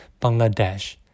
Bangladesh